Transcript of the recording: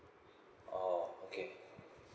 oh okay